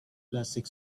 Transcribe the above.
plastic